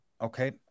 Okay